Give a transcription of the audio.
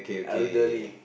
elderly